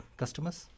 customers